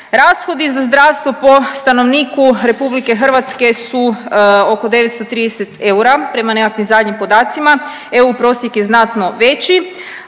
Rashodi za zdravstvo po stanovniku RH su oko 930 eura prema nekakvim zadnjim podacima, EU prosjek je znatno veći,